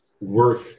work